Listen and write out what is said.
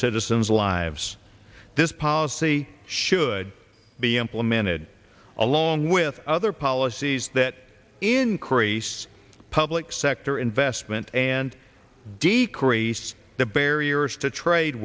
citizens lives this policy should be implemented along with other policies that increase public sector investment and decrease the barriers to trade